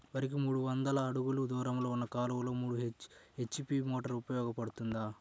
వరికి మూడు వందల అడుగులు దూరంలో ఉన్న కాలువలో మూడు హెచ్.పీ మోటార్ ఉపయోగపడుతుందా?